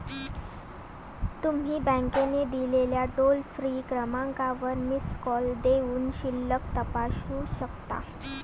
तुम्ही बँकेने दिलेल्या टोल फ्री क्रमांकावर मिस कॉल देऊनही शिल्लक तपासू शकता